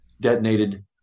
detonated